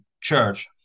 church